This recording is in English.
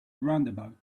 roundabout